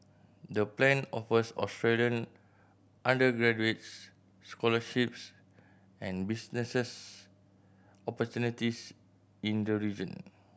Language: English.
the plan offers Australian undergraduates scholarships and businesses opportunities in the region